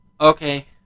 okay